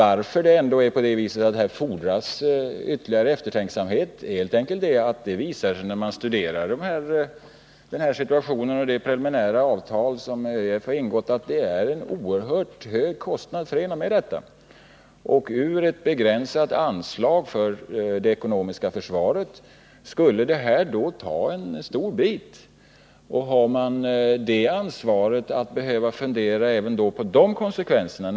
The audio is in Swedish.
Att det ändå här fordras ytterligare eftertanke beror helt enkelt på att det visar sig, när man studerar denna situation och det preliminära avtal som ÖEF har ingått, att en oerhört hög kostnad är förenad med detta projekt. Ur ett begränsat anslag för det ekononomiska försvaret skulle det ta en stor bit. Har man ansvaret, behöver man fundera även på konsekvenserna.